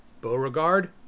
Beauregard